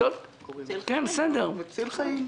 אני תכף אביא לכם קיצוץ ותצטרכו להצביע על הקיצוץ.